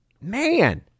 man